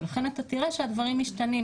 ולכן אתה תראה שהדברים משתנים.